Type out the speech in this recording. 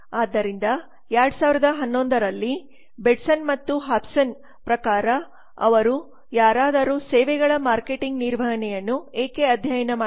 ಆದ್ದರಿಂದ 2011 ರಲ್ಲಿ ಬೇಟ್ಸನ್ ಮತ್ತು ಹಾಫ್ಮನ್ ಪ್ರಕಾರ ಅವರು ಯಾರಾದರೂ ಸೇವೆಗಳ ಮಾರ್ಕೆಟಿಂಗ್ ನಿರ್ವಹಣೆಯನ್ನು ಏಕೆ ಅಧ್ಯಯನ ಮಾಡಬೇಕು